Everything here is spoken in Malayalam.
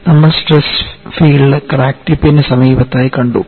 നമ്മൾ സ്ട്രെസ് ഫീൽഡ് ക്രാക്ക് ടിപ്പിന് സമീപത്തായി കണ്ടു